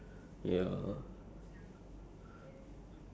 that whole entire year ya like end of year exam lah